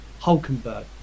Hulkenberg